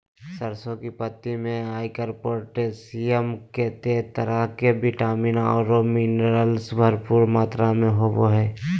सरसों की पत्ति में आयरन, पोटेशियम, केते तरह के विटामिन औरो मिनरल्स भरपूर मात्रा में होबो हइ